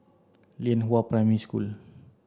Lianhua Primary School